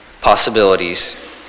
possibilities